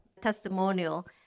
testimonial